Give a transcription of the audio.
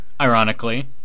ironically